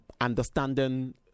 understanding